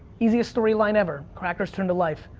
easiest story line ever. crackers turn to life.